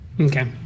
Okay